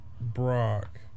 Brock